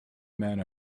men